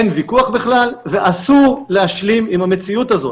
אין ויכוח בכלל, ואסור להשלים עם המציאות הזאת.